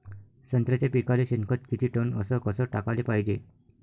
संत्र्याच्या पिकाले शेनखत किती टन अस कस टाकाले पायजे?